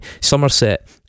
Somerset